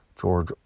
George